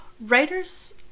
Writers